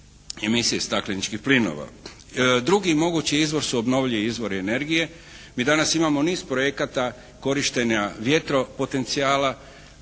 emisije stakleničkih plinova. Drugi mogući izvor su obnovljivi izvori energije. Mi danas imamo niz projekata korištenja vjetropotencijala.